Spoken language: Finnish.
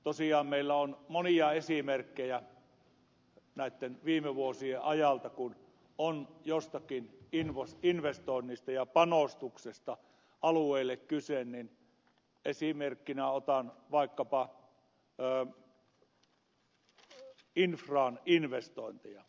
tosiaan meillä on monia esimerkkejä näitten viime vuosien ajalta kun on joistakin investoinneista ja panostuksista alueille kyse esimerkkinä otan vaikkapa infraan investoinnit